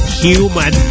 human